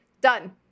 done